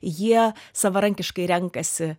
jie savarankiškai renkasi